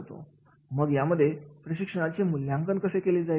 मग यामध्ये प्रशिक्षणाचे मूल्यांकन कसे केले जाईल